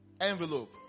envelope